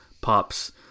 pops